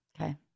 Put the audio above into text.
Okay